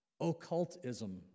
Occultism